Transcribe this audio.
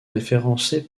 référencés